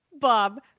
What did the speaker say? Bob